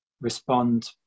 respond